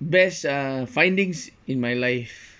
best uh findings in my life